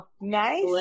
nice